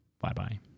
bye-bye